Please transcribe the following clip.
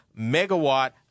megawatt